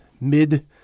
Mid